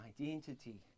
identity